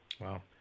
Wow